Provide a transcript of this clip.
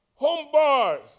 Homeboys